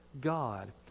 God